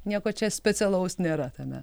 nieko čia specialaus nėra tame